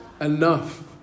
enough